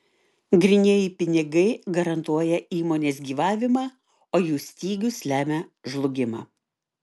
grynieji pinigai garantuoja įmonės gyvavimą o jų stygius lemia žlugimą